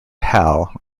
hal